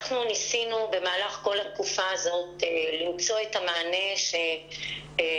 ניסינו במהלך כל התקופה הזאת למצוא את המענה שנוכל